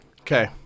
Okay